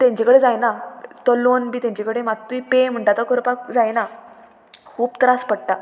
तेंचे कडेन जायना तो लोन बी तेंचे कडेन मात्तूय पे म्हणटा तो करपाक जायना खूब त्रास पडटा